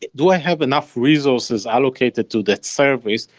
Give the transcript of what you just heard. do i have enough resources allocated to that service,